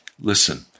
Listen